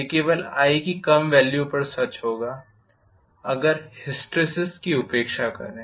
यह केवल की कम वेल्यू पर सच होगा अगर हिसटीरेज़िस की उपेक्षा करें